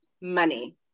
money